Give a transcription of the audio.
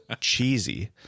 cheesy